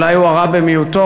אולי הוא הרע במיעוטו,